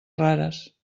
rares